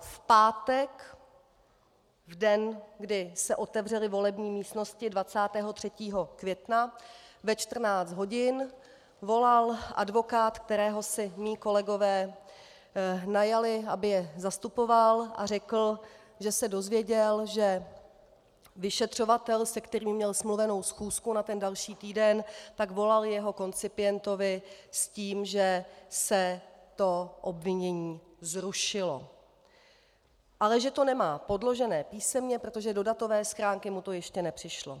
V pátek, v den, kdy se otevřely volební místnosti 23. května ve 14 hodin, volal advokát, kterého si mí kolegové najali, aby je zastupoval, a řekl, že se dozvěděl, že vyšetřovatel, se kterým měl smluvenou schůzku na další týden, volal jeho koncipientovi s tím, že se obvinění zrušilo, ale že to nemá podložené písemně, protože do datové schránky mu to ještě nepřišlo.